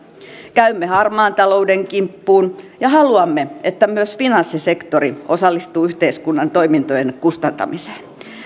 käymme harmaan talouden kimppuun ja haluamme että myös finanssisektori osallistuu yhteiskunnan toimintojen kustantamiseen